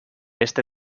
este